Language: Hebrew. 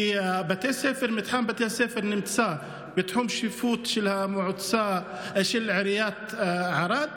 כי מתחם בתי הספר נמצא בתחום השיפוט של עיריית ערד,